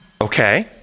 Okay